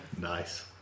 Nice